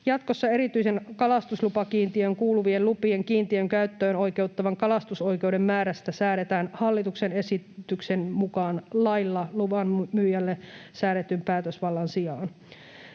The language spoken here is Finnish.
Jatkossa erityiseen kalastuslupakiintiöön kuuluvien lupien kiintiön käyttöön oikeuttavan kalastusoikeuden määrästä säädetään hallituksen esityksen mukaan lailla luvanmyyjälle säädetyn päätösvallan sijaan.